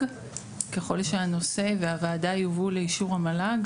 ככל שהנושא והוועדה יובאו לאישור המל"ג,